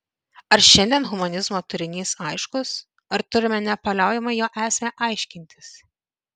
ar šiandien humanizmo turinys aiškus ar turime nepaliaujamai jo esmę aiškintis